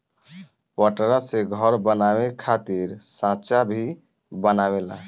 पटरा से घर बनावे खातिर सांचा भी बनेला